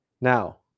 Now